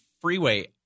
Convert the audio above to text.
freeway